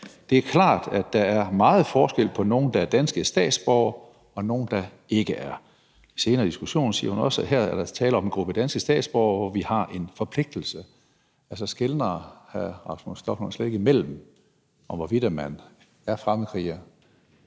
»Det er klart, at der er meget forskel på nogen, der er danske statsborgere, og nogen der ikke er«. Senere i diskussionen siger hun også, at der her er tale om en gruppe danske statsborgere, hvor vi har en forpligtelse. Altså, skelner hr. Rasmus Stoklund slet ikke imellem, om man er fremmedkriger